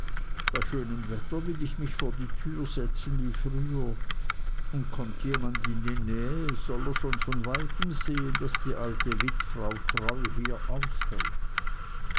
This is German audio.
bei schönem wetter will ich mich vor die türe setzen wie früher und kommt jemand in die nähe soll er schon von weitem sehen daß die alte wittfrau treu hier aushält